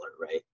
right